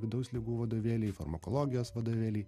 vidaus ligų vadovėliai farmakologijos vadovėliai